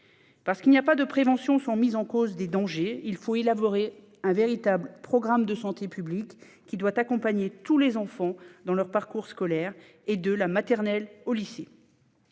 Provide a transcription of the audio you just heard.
Parce qu'il n'y a pas de prévention sans mise en cause des dangers, il faut élaborer un véritable programme de santé publique, qui doit accompagner tous les enfants dans leur parcours scolaire, et ce de la maternelle au lycée.